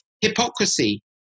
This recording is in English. hypocrisy